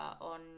on